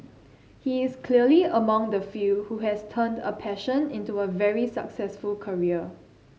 he is clearly among the few who has turned a passion into a very successful career